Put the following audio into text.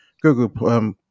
Google